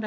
Det